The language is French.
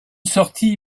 sortie